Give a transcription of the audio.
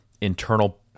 internal